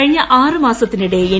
കഴിഞ്ഞ ആറ് മാസത്തിനിടെ എൻ